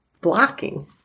blocking